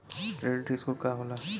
Credit score का होला?